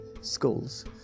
schools